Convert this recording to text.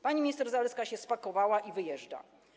Pani minister Zalewska się spakowała i wyjeżdża.